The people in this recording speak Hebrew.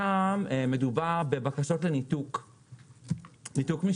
שם מדובר בבקשות לניתוק משירות.